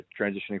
transitioning